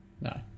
No